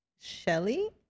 Shelly